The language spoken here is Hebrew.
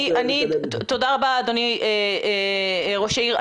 תודה רבה אדוני ראש העיר.